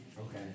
Okay